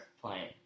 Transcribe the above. playing